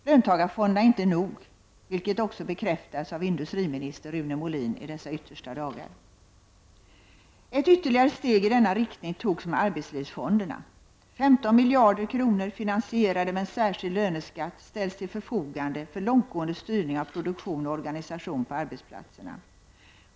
Löntagarfonderna är inte nog, vilket också bekräftats av industriminister Rune Molin i dessa yttersta dagar. Ett ytterligare steg i denna riktning togs med arbetslivsfonderna. 15 miljarder kronor finansierade med en särskild löneskatt ställs till förfogande för långtgående styrning av produktion och organisation på arbetsplatserna.